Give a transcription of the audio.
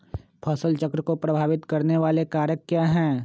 फसल चक्र को प्रभावित करने वाले कारक क्या है?